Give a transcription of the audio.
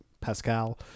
Pascal